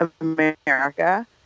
America